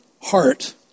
heart